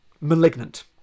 Malignant